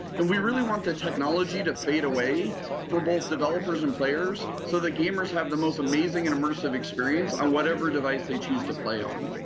and we really want the technology to fade away for both developers and players, so that gamers have the most amazing and immersive experience on whatever device they choose to play on.